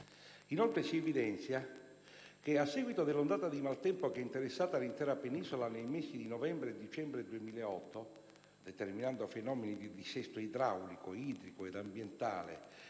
Inoltre si evidenzia che, a seguito dell'ondata di maltempo che ha interessato l'intera Penisola nei mesi di novembre e dicembre 2008, determinando fenomeni di dissesto idraulico, idrico ed ambientale,